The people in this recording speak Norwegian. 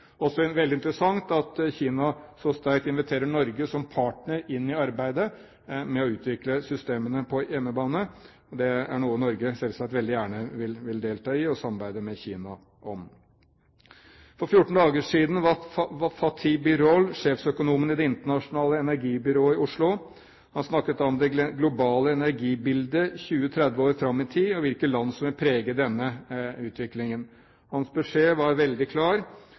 partner inn i arbeidet med å utvikle systemene på hjemmebane. Det er noe Norge selvsagt veldig gjerne vil delta i og samarbeide med Kina om. For 14 dager siden var Fatih Birol, sjeføkonomen i Det internasjonale energibyrået, i Oslo. Han snakket om det globale energibildet 20–30 år fram i tid og om hvilke land som vil prege denne utviklingen. Hans beskjed var veldig klar.